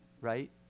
right